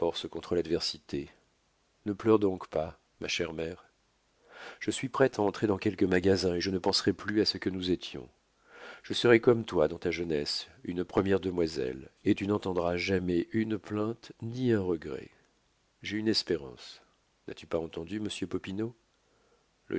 contre l'adversité ne pleure donc pas ma chère mère je suis prête à entrer dans quelque magasin et je ne penserai plus à ce que nous étions je serai comme toi dans ta jeunesse une première demoiselle et tu n'entendras jamais une plainte ni un regret j'ai une espérance n'as-tu pas entendu